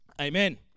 amen